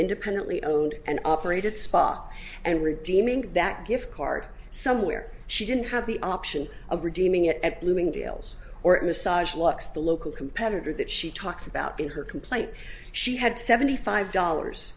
independently owned and operated spot and redeeming that gift card somewhere she didn't have the option of redeeming it at bloomingdale's or massage lux the local competitor that she talks about in her complaint she had seventy five dollars